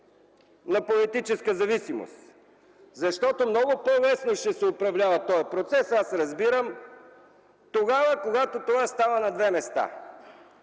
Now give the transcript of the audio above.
на политическа зависимост? Защото много по-лесно ще се управлява този процес, аз разбирам, тогава, когато това става на две места.